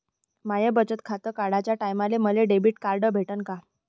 माय बचत खातं काढाच्या टायमाले मले डेबिट कार्ड भेटन का?